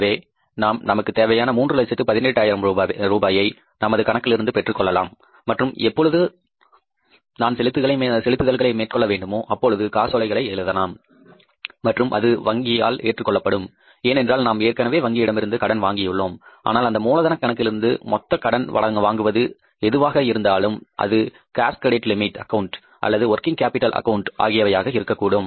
எனவே நாம் நமக்கு தேவையான மூன்று லட்சத்து 18 ஆயிரம் ரூபாயை நமது கணக்கிலிருந்து பெற்றுக் கொள்ளலாம் மற்றும் எப்பொழுது நான் செலுத்துதல்களை மேற்கொள்ள வேண்டுமோ அப்பொழுது காசோலைகளை எழுதலாம் மற்றும் அது வங்கியால் ஏற்றுக்கொள்ளப்படும் ஏனென்றால் நாம் ஏற்கனவே வங்கியிடமிருந்து கடன் வாங்கியுள்ளோம் ஆனால் அந்த மூலதனக் கணக்கிலிருந்து மொத்தமாக கடன் வாங்குவது எதுவாக இருந்தாலும் அது கேஸ் கிரெடிட் லிமிட் அக்கவுண்ட் அல்லது ஒர்கிங் கேப்பிடல் அக்கௌன்ட் ஆகியவையாக இருக்கக்கூடும்